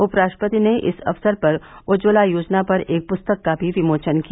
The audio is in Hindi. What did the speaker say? उप राष्ट्रपति ने इस अवसर पर उज्ज्वला योजना पर एक पुस्तक का भी विमोचन किया